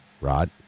Rod